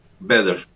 better